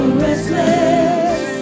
restless